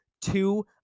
two